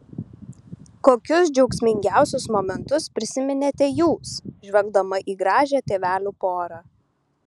kokius džiaugsmingiausius momentus prisiminėte jūs žvelgdama į gražią tėvelių porą